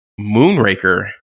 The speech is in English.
Moonraker